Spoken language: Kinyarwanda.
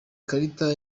karita